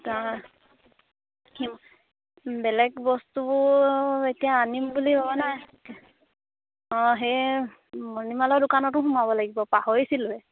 তাৰ সেই বেলেগ বস্তুবোৰ এতিয়া আনিম বুলি ভবা নাই অঁ সেই মণিমালৰ দোকানতো সোমাব লাগিব পাহৰিছিলোঁৱে